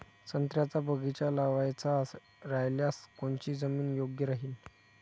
संत्र्याचा बगीचा लावायचा रायल्यास कोनची जमीन योग्य राहीन?